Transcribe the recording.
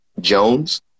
Jones